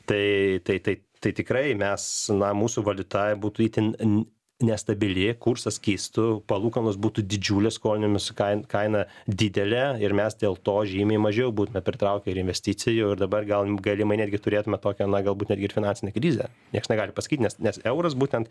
tai tai tai tai tikrai mes na mūsų valiuta būtų itin nestabili kursas kistų palūkanos būtų didžiulės skolnimosi kain kaina didelė ir mes dėl to žymiai mažiau būtumėme pritraukę ir investicijų ir dabar gal galimai netgi turėtumėme tokią na galbūt netgi ir finansinę krizę nieks negali pasakyti nes nes euras būtent